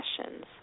questions